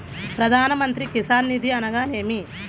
ప్రధాన మంత్రి కిసాన్ నిధి అనగా నేమి?